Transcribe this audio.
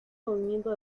movimiento